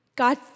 God